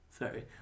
Sorry